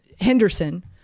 Henderson